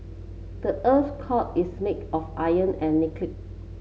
the earth core is made of iron and nickel